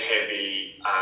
heavy